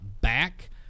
back